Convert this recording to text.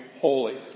holy